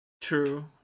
True